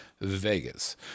Vegas